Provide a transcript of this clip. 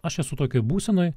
aš esu tokioj būsenoj